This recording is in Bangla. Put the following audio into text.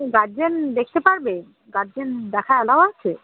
গার্জেন দেখতে পারবে গার্জেন দেখা অ্যালাও আছে